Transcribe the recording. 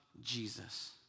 Jesus